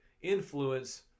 influence